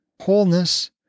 wholeness